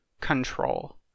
control